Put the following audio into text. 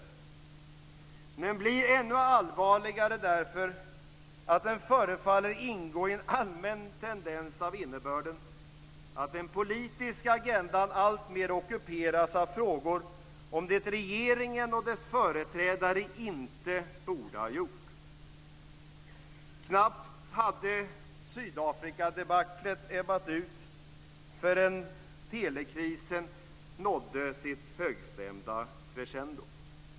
Men den blir ännu allvarligare eftersom den förefaller att ingå i en allmän tendens med innebörden att den politiska agendan alltmer ockuperas av frågor om vad regeringen och dess företrädare inte borde ha gjort. Knappt hade Sydafrikadebaclet ebbat ut förrän telekrisen nådde sitt högstämda crescendo.